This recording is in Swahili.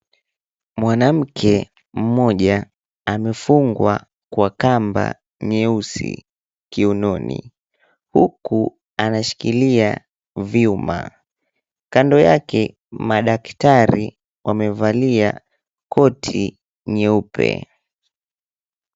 Mwanamke mmoja amefungwa kwa kamba nyeusi kiunoni huku anashikilia vyuma . Kando yake madaktari wamevalia koti nyeupe.